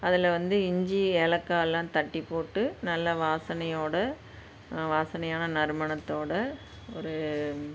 அதில் வந்து இஞ்சி ஏலக்காயெலாம் தட்டி போட்டு நல்ல வாசனையோடு வாசனையான நறுமணத்தோடு ஒரு